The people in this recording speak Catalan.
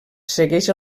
segueix